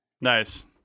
Nice